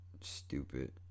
stupid